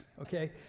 okay